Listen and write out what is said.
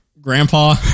grandpa